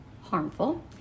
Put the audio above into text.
harmful